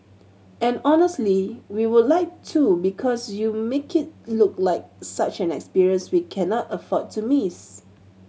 and honestly we would like to because you make it look like such an experience we cannot afford to miss